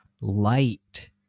light